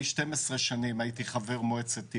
אני 12 שנים הייתי סגן ראש עיר במודיעין,